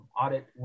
audit